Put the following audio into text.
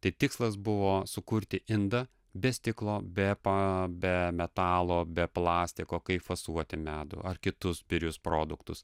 tai tikslas buvo sukurti indą be stiklo be pa be metalo be plastiko kaip fasuoti medų ar kitus birius produktus